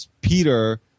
Peter